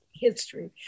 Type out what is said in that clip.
history